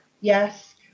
Yes